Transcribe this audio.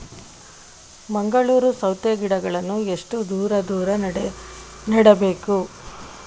ಮಂಗಳೂರು ಸೌತೆ ಗಿಡಗಳನ್ನು ಎಷ್ಟು ದೂರ ದೂರ ನೆಡಬೇಕು?